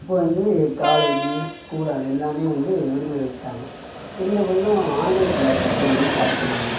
அப்போது வந்து college school அது எல்லாமே வந்து விடுமுறை விட்டுட்டாங்க இருந்த போதிலும் ஆன்லைன் க்ளாஸ் அப்படினு ஒன்று ஸ்டார்ட் பண்ணாங்க